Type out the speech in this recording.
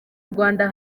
rwanda